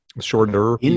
Shorter